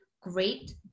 great